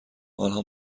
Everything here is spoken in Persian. آنها